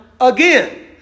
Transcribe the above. again